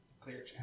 Clear